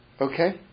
Okay